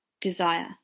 desire